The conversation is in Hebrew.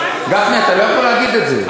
גפני, אתה לא יכול להגיד את זה.